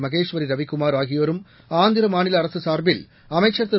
மகேஸ்வரி ரவிக்குமார் ஆகியோரும் ஆந்திர மாநில அரசு சார்பில் அமைச்சர் திரு